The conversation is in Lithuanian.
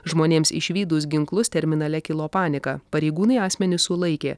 žmonėms išvydus ginklus terminale kilo panika pareigūnai asmenį sulaikė